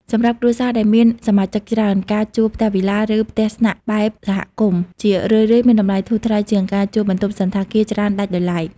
សម្រាប់គ្រួសារដែលមានសមាជិកច្រើន ការជួលផ្ទះវិឡា ឬផ្ទះស្នាក់បែបសហគមន៍ ជារឿយៗមានតម្លៃធូរថ្លៃជាងការជួលបន្ទប់សណ្ឋាគារច្រើនដាច់ដោយឡែក។